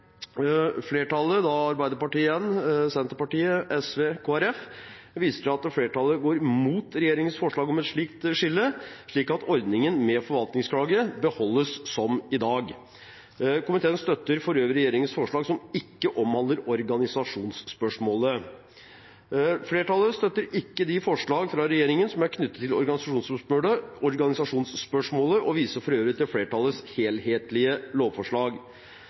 Flertallet – igjen Arbeiderpartiet, Senterpartiet, SV og Kristelig Folkeparti – viser til at de går imot regjeringens forslag om et slikt skille, slik at ordningen med forvaltningsklage beholdes som i dag. Komiteen støtter for øvrig regjeringens forslag, som ikke omhandler organisasjonsspørsmålet. Flertallet støtter ikke de forslag fra regjeringen som er knyttet til organisasjonsspørsmålet og viser for øvrig til flertallets helhetlige lovforslag.